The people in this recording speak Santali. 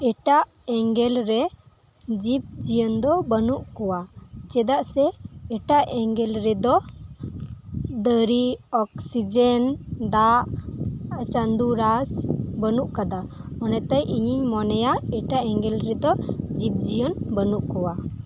ᱮᱴᱟᱜ ᱮᱝᱜᱮᱞ ᱨᱮ ᱡᱤᱵᱽ ᱡᱤᱭᱟᱹᱞᱤ ᱫᱚ ᱵᱟᱱᱩᱜ ᱠᱚᱣᱟ ᱪᱮᱫᱟᱜ ᱥᱮ ᱮᱴᱟᱜ ᱮᱝᱜᱮᱞ ᱨᱮᱫᱚ ᱫᱟᱨᱮ ᱚᱠᱥᱤᱡᱮᱱ ᱫᱟᱜ ᱪᱟᱸᱫᱳ ᱨᱟᱥ ᱵᱟᱱᱩᱜ ᱟᱠᱟᱫᱟ ᱚᱱᱟᱛᱮ ᱤᱧᱤᱧ ᱢᱚᱱᱮᱭᱟ ᱮᱴᱟᱜ ᱮᱝᱜᱮᱞ ᱨᱮᱫᱚ ᱡᱤᱭᱟᱹᱞᱤ ᱵᱟᱱᱩᱜ ᱠᱚᱣᱟ